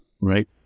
Right